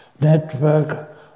network